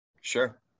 Sure